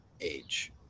age